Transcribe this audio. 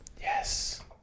Yes